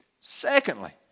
Secondly